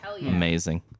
Amazing